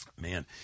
man